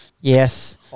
Yes